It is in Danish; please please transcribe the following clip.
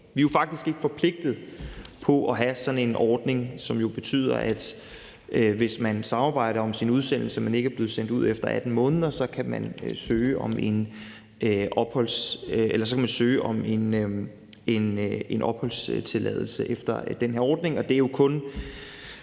Vi er jo faktisk ikke forpligtet på at have sådan en ordning, som jo betyder, at hvis man samarbejder om sin udsendelse, men ikke er blevet sendt ud efter 18 måneder, kan man søge om en opholdstilladelse efter den her ordning.